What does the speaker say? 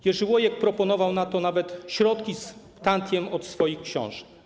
Jerzy Łojek proponował na to nawet środki z tantiem ze swoich książek.